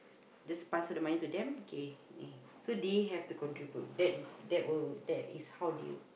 just pass the money to them kay so they will have to contribute that is how they